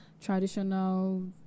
traditional